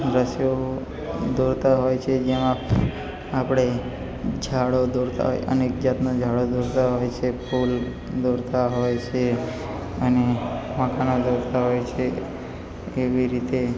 દૃશ્યો દોરતા હોય છે જ્યાં આપ આપણે ઝાડો દોરતા હોય અનેક જાતના ઝાડો દોરતા હોય છે ફુલ દોરતા હોય છે અને મકાનો દોરતા હોય છે એવી રીતે